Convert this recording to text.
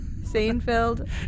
Seinfeld